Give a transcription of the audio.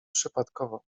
przypadkowo